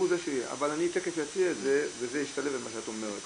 הוא זה ש אני תיכף אציע את זה וזה ישתלב במה שאת אומרת.